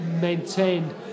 maintained